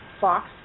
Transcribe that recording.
Fox